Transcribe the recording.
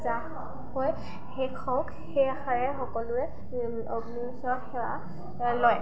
জাহ হৈ শেষ হওক সেই আশাৰে সকলোৱে অগ্নিৰ ওচৰত সেৱা লয়